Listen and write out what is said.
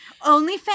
OnlyFans